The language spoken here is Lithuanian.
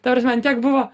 ta prasme ant tiek buvo